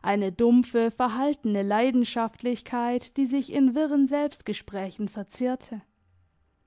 eine dumpfe verhaltene leidenschaftlichkeit die sich in wirren selbstgesprächen verzehrte